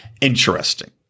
Interesting